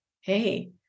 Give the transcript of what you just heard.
hey